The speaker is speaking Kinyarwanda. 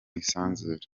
isanzure